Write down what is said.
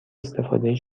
استفاده